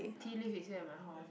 tea leaf is here at my house leh